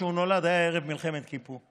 כשהוא נולד זה היה ערב מלחמת כיפור.